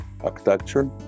Architecture